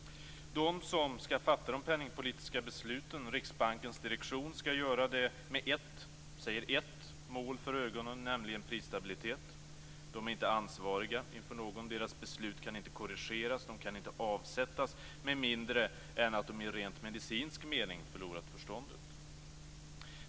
De som skall fatta de penningpolitiska besluten är Riksbankens direktion, och de skall göra det med ett, säger ett, mål för ögonen, nämligen prisstabilitet. De är inte ansvariga inför någon. Deras beslut kan inte korrigeras. De kan inte avsättas med mindre än att de i rent medicinsk mening förlorat förståndet.